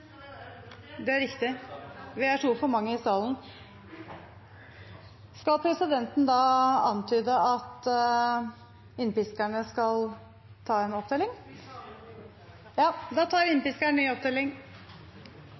Det er riktig. Vi er for mange i salen, så da tar